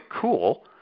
cool